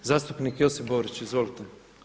Zastupnik Josip Borić, izvolite.